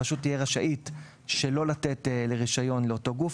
הרשות תהיה רשאית שלא לתת רישיון לאותו גוף,